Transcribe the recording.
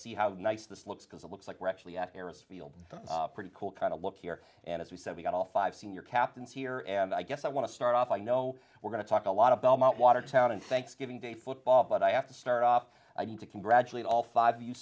see how nice this looks because it looks like we're actually at harrah's feel pretty cool kind of look here and as we said we got all five senior captains here and i guess i want to start off i know we're going to talk a lot of belmont watertown and thanksgiving day football but i have to start i need to congratulate all five